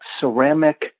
ceramic